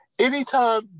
Anytime